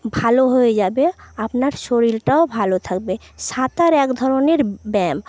ভালো হয়ে যাবে আপনার শরীরটাও ভালো থাকবে সাঁতার এক ধরনের ব্যায়াম